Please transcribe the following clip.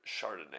Chardonnay